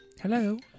Hello